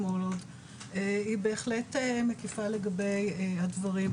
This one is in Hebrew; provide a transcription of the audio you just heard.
היא בהחלט מקיפה לגבי הדברים.